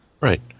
Right